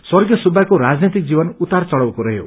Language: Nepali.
स्वर्गीय सुख्याको राजनैतिक जीवन उतार चढ़ावको रहयो